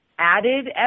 added